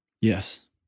Yes